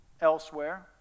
elsewhere